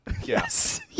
Yes